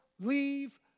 leave